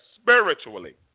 spiritually